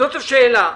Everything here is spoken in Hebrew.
זאת השאלה.